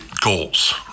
goals